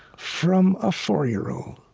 from a four-year-old.